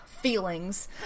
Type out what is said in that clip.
feelings